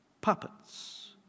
puppets